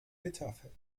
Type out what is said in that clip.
bitterfeld